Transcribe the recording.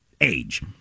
age